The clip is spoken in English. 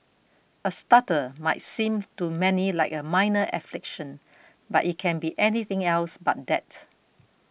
a stutter might seem to many like a minor affliction but it can be anything else but that